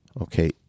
Okay